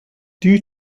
due